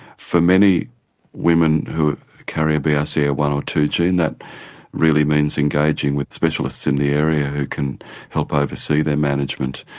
for many women who carry a b r c a a one or two gene that really means engaging with specialists in the area who can help oversee their management.